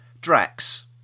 Drax